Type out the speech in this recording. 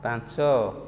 ପାଞ୍ଚ